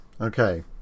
Okay